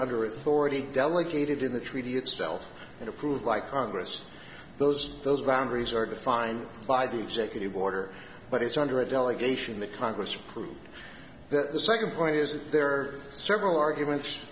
under authority delegated to the treaty itself and approved by congress those those boundaries are defined by the executive order but it's under a delegation the congress approved that the second point is that there are several arguments